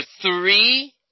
three